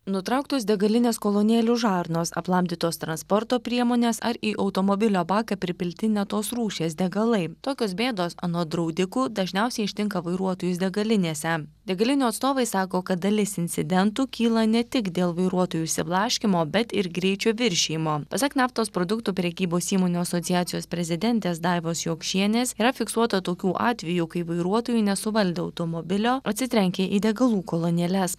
nutrauktos degalinės kolonėlių žarnos aplamdytos transporto priemonės ar į automobilio baką pripilti ne tos rūšies degalai tokios bėdos anot draudikų dažniausiai ištinka vairuotojus degalinėse degalinių atstovai sako kad dalis incidentų kyla ne tik dėl vairuotojų išsiblaškymo bet ir greičio viršijimo pasak naftos produktų prekybos įmonių asociacijos prezidentės daivos jokšienės yra fiksuota tokių atvejų kai vairuotojai nesuvaldė automobilio atsitrenkė į degalų kolonėles